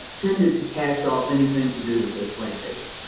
tended to cast off anything to do with those plantations.